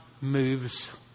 moves